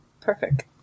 perfect